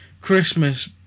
Christmas